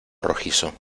rojizo